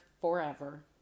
forever